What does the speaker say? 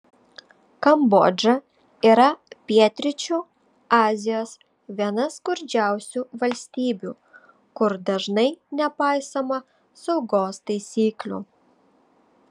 kambodža yra pietryčių azijos viena skurdžiausių valstybių kur dažnai nepaisoma saugos taisyklių